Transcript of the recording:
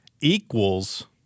equals